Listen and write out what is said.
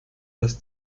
das